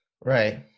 Right